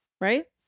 right